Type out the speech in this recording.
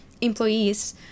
employees